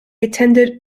attended